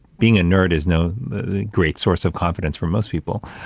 being a nerd is no great source of confidence for most people.